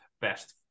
best